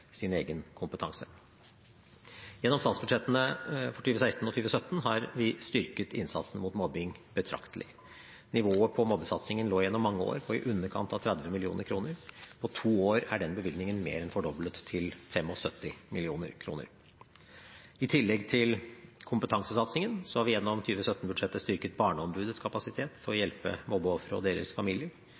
sin egen kompetanse. Gjennom statsbudsjettene for 2016 og 2017 har vi styrket innsatsen mot mobbing betraktelig. Nivået på mobbesatsingen lå gjennom mange år på i underkant av 30 mill. kr. På to år er den bevilgningen mer enn fordoblet, til 75 mill. kr I tillegg til kompetansesatsingen har vi gjennom 2017-budsjettet styrket Barneombudets kapasitet til å hjelpe mobbeofre og deres familier.